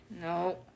no